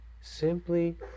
simply